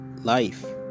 Life